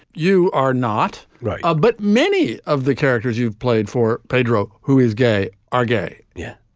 you are not right. yeah but many of the characters you've played for pedro, who is gay, are gay. yeah,